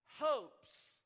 hopes